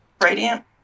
radiant